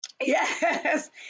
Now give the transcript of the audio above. Yes